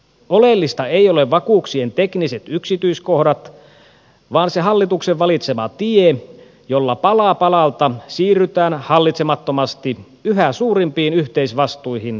oleellista ei ole vakuuksien tekniset yksityiskohdat vaan se hallituksen valitsema tie jolla pala palalta siirrytään hallitsemattomasti yhä suurempiin yhteisvastuihin ja liittovaltioon